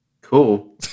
Cool